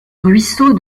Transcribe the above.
ruisseau